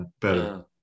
better